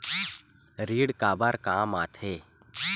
ऋण काबर कम आथे?